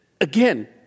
Again